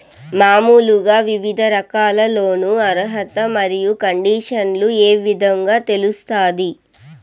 మామూలుగా వివిధ రకాల లోను అర్హత మరియు కండిషన్లు ఏ విధంగా తెలుస్తాది?